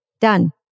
Done